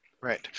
right